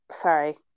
Sorry